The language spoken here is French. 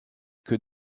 que